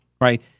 Right